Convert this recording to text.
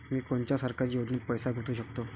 मी कोनच्या सरकारी योजनेत पैसा गुतवू शकतो?